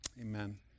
Amen